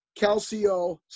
Calcio